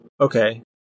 Okay